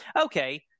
okay